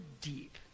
deep